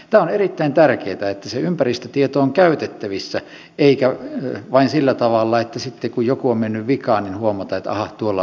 tämä on erittäin tärkeää että se ympäristötieto on käytettävissä eikä ole vain sillä tavalla että sitten kun joku on mennyt vikaan niin huomataan että aha tuolla olikin jotain